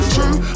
True